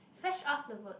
Fresh Off the boat